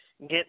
get